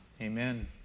Amen